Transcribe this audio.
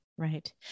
Right